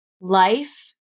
life